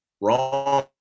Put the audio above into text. wrong